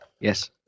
Yes